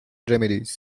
remedies